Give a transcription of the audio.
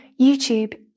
YouTube